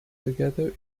together